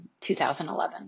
2011